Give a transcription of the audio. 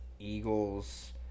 Eagles